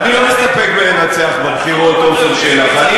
אני לא מסתפק בלנצח בבחירות, עפר שלח.